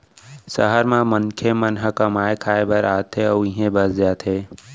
सहर म मनखे मन ह कमाए खाए बर आथे अउ इहें बस जाथे